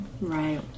right